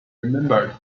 remembered